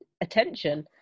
attention